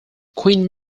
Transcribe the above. queen